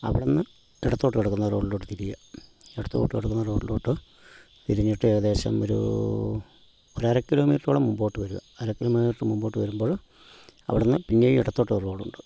അവിടെ നിന്ന് ഇടത്തോട്ട് കിടക്കുന്ന റോട്ടിലോട്ട് തിരിയുക ഇടത്തോട്ട് കിടക്കുന്ന റോട്ടിലോട്ട് തിരിഞ്ഞിട്ട് ഏകദേശം ഒരു ഒരു അര കിലോമീറ്ററോളം മുൻപോട്ട് വരിക വരിക അരകിലോമീറ്ററ് മുൻപോട്ട് വരുമ്പോള് അവിടെ നിന്ന് പിന്നെയും ഇടത്തോട്ടൊരു റോഡുണ്ട്